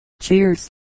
Cheers